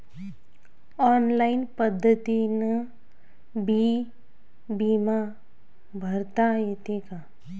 Online पद्धतीनं बी बिमा भरता येते का?